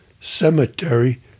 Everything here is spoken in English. cemetery